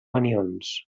anions